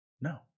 No